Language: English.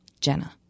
Jenna